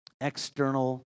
external